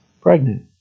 pregnant